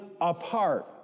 apart